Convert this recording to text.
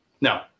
No